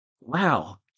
wow